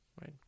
right